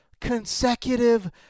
consecutive